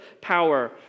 power